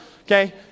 Okay